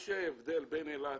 ההבדל בין אילת